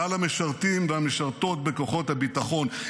כלל המשרתים והמשרתות בכוחות הביטחון.